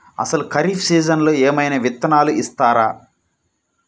అసలు ఖరీఫ్ సీజన్లో ఏమయినా విత్తనాలు ఇస్తారా?